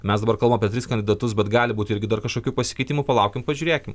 mes dabar kalbam apie tris kandidatus bet gali būti irgi dar kažkokių pasikeitimų palaukim pažiūrėkim